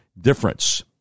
difference